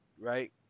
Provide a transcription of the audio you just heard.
right